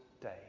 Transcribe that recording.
day